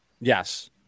Yes